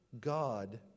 God